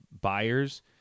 buyers